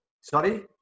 Sorry